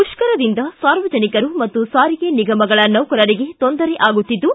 ಮುಷ್ಕರದಿಂದ ಸಾರ್ವಜನಿಕರು ಮತ್ತು ಸಾರಿಗೆ ನಿಗಮಗಳ ನೌಕರರಿಗೆ ತೊಂದರೆ ಅಗುತ್ತಿದ್ದು